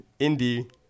indie